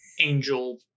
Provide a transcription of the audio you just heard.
angel